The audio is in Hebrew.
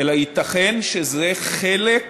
אלא ייתכן שזה חלק